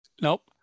Nope